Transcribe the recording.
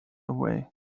away